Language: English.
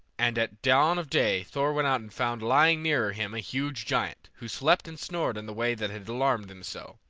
and at dawn of day thor went out and found lying near him a huge giant, who slept and snored in the way that had alarmed them so.